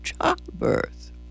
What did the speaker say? childbirth